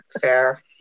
Fair